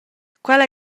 quella